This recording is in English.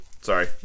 Sorry